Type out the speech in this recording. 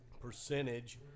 percentage